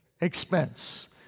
Expense